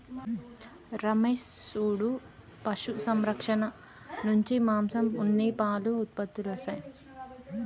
రమేష్ సూడు పశు సంరక్షణ నుంచి మాంసం ఉన్ని పాలు ఉత్పత్తులొస్తాయి